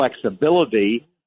flexibility